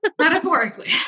Metaphorically